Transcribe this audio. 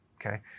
okay